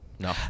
No